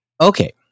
Okay